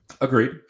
Agreed